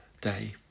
Day